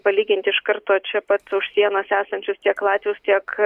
palyginti iš karto čia pat už sienos esančius tiek latvius tiek